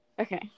Okay